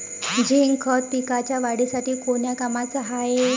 Zinc खत पिकाच्या वाढीसाठी कोन्या कामाचं हाये?